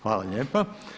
Hvala lijepa.